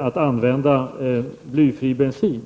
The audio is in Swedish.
att använda blyfri bensin.